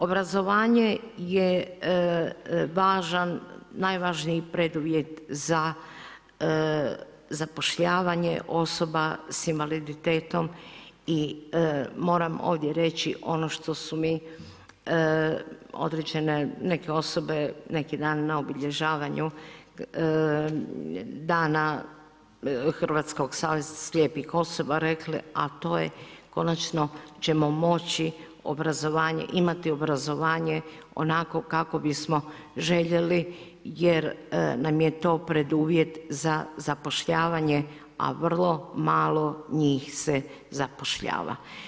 Obrazovanje je najvažniji preduvjet za zapošljavanja osoba s invaliditetom i moram ovdje reći ono što su mi određene neke osobe neki dan na obilježavanju Dana Hrvatskog saveza slijepih osoba rekle, a to je konačno ćemo moći imati obrazovanje onako kako bismo željeli jer nam je to preduvjet za zapošljavanje, a vrlo malo njih se zapošljava.